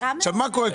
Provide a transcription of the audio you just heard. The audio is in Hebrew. מה קורה,